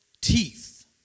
teeth